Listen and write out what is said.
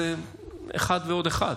אז זה אחד ועוד אחד.